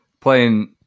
Playing